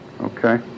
okay